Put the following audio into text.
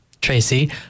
Tracy